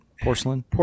porcelain